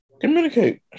Communicate